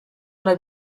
una